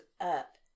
up